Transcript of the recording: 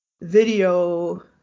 video